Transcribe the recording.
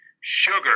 sugar